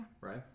Right